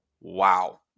wow